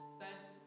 sent